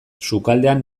sukaldean